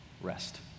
rest